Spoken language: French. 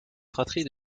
fratrie